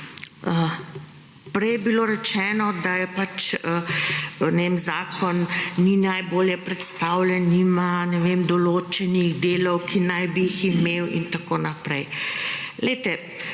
Prej je bilo rečeno, da zakon ni najbolj predstavljen, nima določenih delov, ki naj bi jih imel, itn.